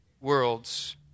worlds